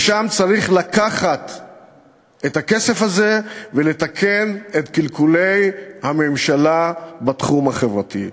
משם צריך לקחת את הכסף הזה ולתקן את קלקולי הממשלה בתחום החברתי.